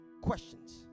questions